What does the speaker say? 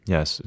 Yes